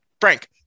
Frank